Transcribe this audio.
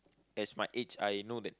as my age I know that